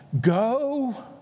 go